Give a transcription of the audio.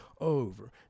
over